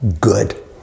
good